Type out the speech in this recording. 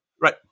Right